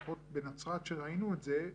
לפחות בנצרת ראינו את זה,